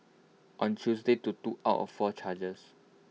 on Tuesday to two out of four charges